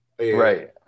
right